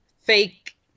fake